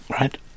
right